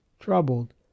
troubled